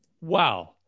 wow